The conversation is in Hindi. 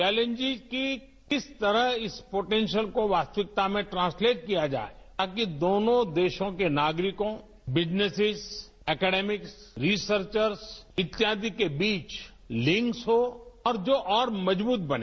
चौलेंजिज की किस तरह इस पोटेन्शल को वास्तविकता में ट्रांसलेट किया जाए ताकि दोनों देशों के नागरिकों बिजनेसिज अकेडेमिक्स रिसर्च इत्यादि के बीच लिंक्स हो और जो और मजबूत बने